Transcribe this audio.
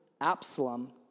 Absalom